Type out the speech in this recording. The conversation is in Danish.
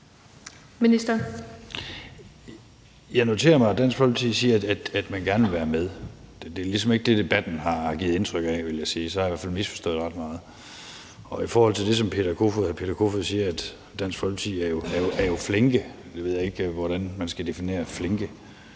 Jeg noterer mig, at Dansk Folkeparti siger, at man gerne vil være med. Det er ligesom ikke det, debatten har givet indtryk af, vil jeg sige. Så har jeg i hvert fald misforstået ret meget. Hr. Peter Kofod siger, at Dansk Folkeparti jo er flinke. Jeg ved ikke, hvordan man skal definere ordet